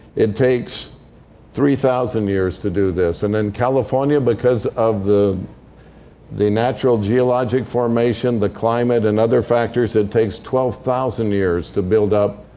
it takes three thousand years to do this. and in california, because of the the natural geologic formation, the climate, and other factors, it takes twelve thousand years to build up